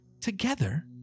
Together